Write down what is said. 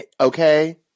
Okay